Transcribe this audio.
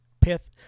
Pith